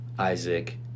isaac